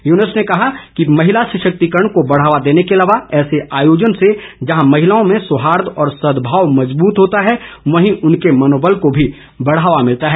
यूनुस ने कहा कि महिला सशक्तिकरण को बढ़ावा देने के अलावा ऐसे आयोजन से जहां महिलाओं में सौहार्द व सदभाव मजबूत होता है वहीं उनके मनोबल को भी बढ़ावा मिलता है